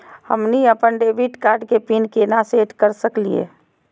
हमनी अपन debit card के पीन केना सेट कर सकली हे?